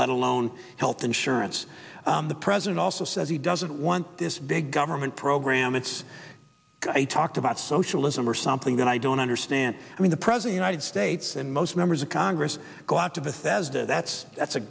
let alone health insurance the president also says he doesn't want this big government program it's i talked about socialism or something and i don't understand i mean the present united states and most members of congress glad to bethesda that's that's a